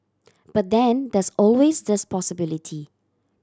but then there's always this possibility